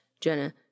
Jenna